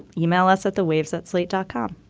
yeah e-mail us at the waves at slate dot com.